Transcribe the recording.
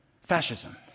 fascism